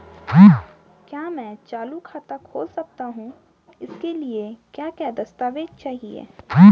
क्या मैं चालू खाता खोल सकता हूँ इसके लिए क्या क्या दस्तावेज़ चाहिए?